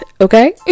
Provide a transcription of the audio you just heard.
okay